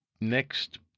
next